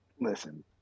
Listen